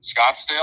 Scottsdale